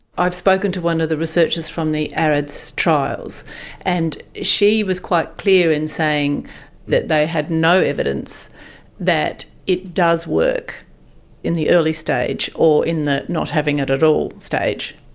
i've spoken to one of the researchers from the areds trials and she was quite clear in saying that they had no evidence that it does work in the early stage or in the not having it at all stage.